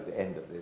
end of